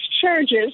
charges